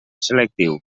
selectiu